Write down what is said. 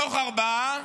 מתוך ארבעה,